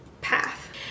path